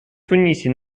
тунисе